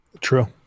True